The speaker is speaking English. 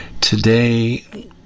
today